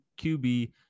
QB